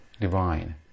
divine